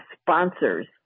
sponsors